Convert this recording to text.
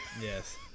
Yes